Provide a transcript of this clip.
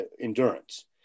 endurance